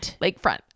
Lakefront